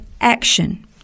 action